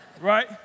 right